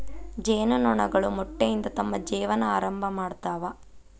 ಜೇನು ನೊಣಗಳು ಮೊಟ್ಟೆಯಿಂದ ತಮ್ಮ ಜೇವನಾ ಆರಂಭಾ ಮಾಡ್ತಾವ